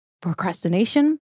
procrastination